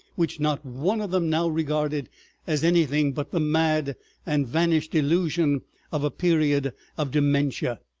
which not one of them now regarded as anything but the mad and vanished illusion of a period of dementia.